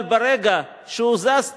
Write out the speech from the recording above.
אבל ברגע שהוא זז טיפה,